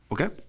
Okay